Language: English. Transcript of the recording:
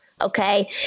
Okay